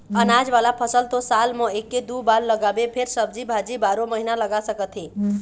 अनाज वाला फसल तो साल म एके दू बार लगाबे फेर सब्जी भाजी बारो महिना लगा सकत हे